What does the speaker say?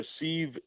receive